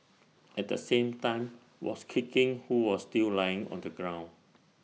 at the same time was kicking who was still lying on the ground